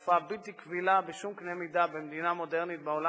תופעה בלתי קבילה בשום קנה-מידה במדינה מודרנית בעולם